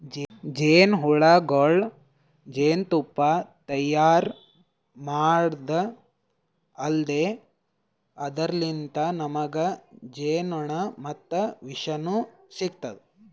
ಜೇನಹುಳಗೊಳ್ ಜೇನ್ತುಪ್ಪಾ ತೈಯಾರ್ ಮಾಡದ್ದ್ ಅಲ್ದೆ ಅದರ್ಲಿನ್ತ್ ನಮ್ಗ್ ಜೇನ್ಮೆಣ ಮತ್ತ್ ವಿಷನೂ ಸಿಗ್ತದ್